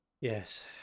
Yes